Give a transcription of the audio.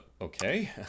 Okay